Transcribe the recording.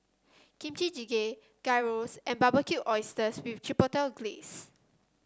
Kimchi Jjigae Gyros and Barbecued Oysters with Chipotle Glaze